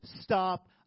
stop